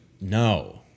no